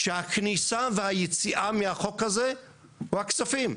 שהכניסה והיציאה מהחוק הזה היא הכספים,